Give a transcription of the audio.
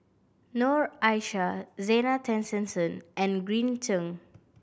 Noor Aishah Zena Tessensohn and Green Zeng